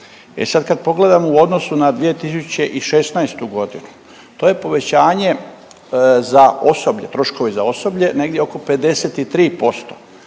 E sad kad pogledamo u odnosu na 2016.g. to je povećanje za osoblje, troškovi za osoblje negdje oko 53%.